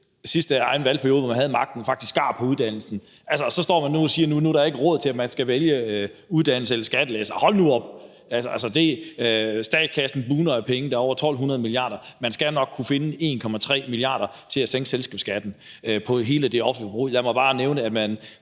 sidste valgperiode, hvor de havde magten, faktisk skar på uddannelsen. Så står man nu og siger, at der ikke er råd til, at man skal vælge uddannelse eller skattelettelser. Hold nu op! Statskassen bugner af penge, der er over 1.200 mia. kr., og man skal nok kunne finde 1,3 mia. kr. til at sænke selskabsskatten på hele det offentlige forbrug. Jeg må bare nævne, at man